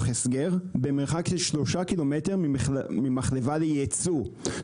הסגר במרחק של 3 קילומטר מחלבה ליצוא.